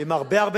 שנה זה הרבה.